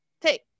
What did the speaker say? Take